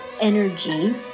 energy